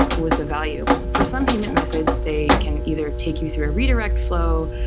was the value for some payment methods, they can either take you through a redirect flow,